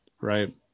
right